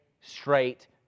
straight